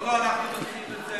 לא, לא, אנחנו נוציא את זה.